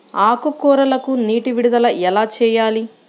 ఆకుకూరలకు నీటి విడుదల ఎలా చేయాలి?